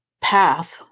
path